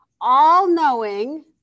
all-knowing